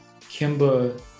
Kimba